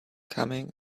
coming